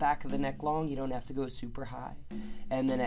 back of the neck long you don't have to go super high and then